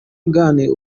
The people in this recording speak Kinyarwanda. ghali